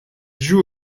joue